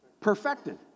Perfected